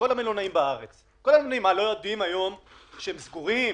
כל המלונאים בארץ לא יודעים היום שהם סגורים?